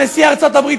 נשיא ארצות הברית,